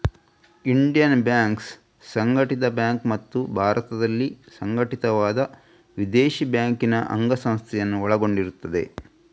Indian banks ಸಂಘಟಿತ bank ಮತ್ತು ಭಾರತದಲ್ಲಿ ಸಂಘಟಿತವಾದ ವಿದೇಶಿ ಬ್ಯಾಂಕಿನ ಅಂಗಸಂಸ್ಥೆಯನ್ನು ಒಳಗೊಂಡಿರುತ್ತದೆ